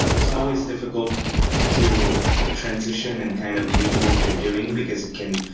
it's always difficult to transition and kind of leave what you're doing because it can,